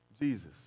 Jesus